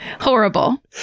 Horrible